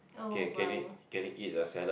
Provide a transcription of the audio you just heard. K can eat can eat the salad